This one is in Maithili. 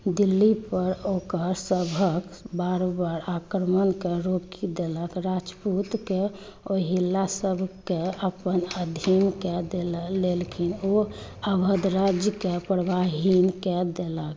दिल्लीपर ओकर सभक बार बार आक्रमणकऽ रोकि देलक राजपूतके महिला सबके अपन अधीन कए लेलखिन ओ अवध राज्यके प्रभावहीन कए देलक